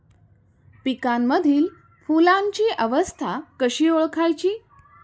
पिकांमधील फुलांची अवस्था कशी ओळखायची?